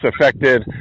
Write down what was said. affected